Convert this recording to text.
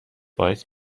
باعث